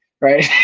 Right